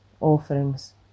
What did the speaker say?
offerings